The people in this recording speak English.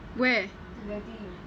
to the beach